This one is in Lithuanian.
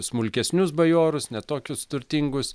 smulkesnius bajorus ne tokius turtingus